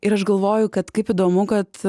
ir aš galvoju kad kaip įdomu kad